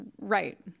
right